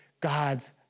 God's